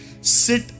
Sit